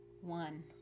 one